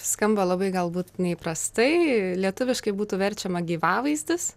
skamba labai galbūt neįprastai lietuviškai būtų verčiama gyvavaizdis